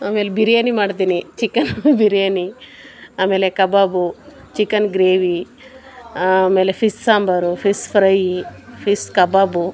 ಆಮೇಲೆ ಬಿರ್ಯಾನಿ ಮಾಡ್ತೀನಿ ಚಿಕನ್ ಬಿರ್ಯಾನಿ ಆಮೇಲೆ ಕಬಾಬು ಚಿಕನ್ ಗ್ರೇವಿ ಆಮೇಲೆ fish sambar fish fry fish ಕಬಾಬು